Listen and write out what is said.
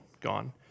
gone